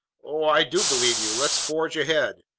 oh i do believe you! let's forge ahead!